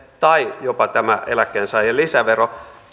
tai jopa tämä eläkkeensaajien lisävero